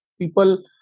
people